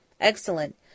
Excellent